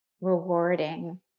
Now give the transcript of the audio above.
rewarding